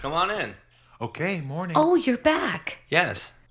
come on in ok morning oh you're back yes